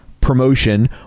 promotion